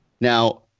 Now